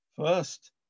first